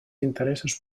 interessos